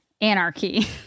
anarchy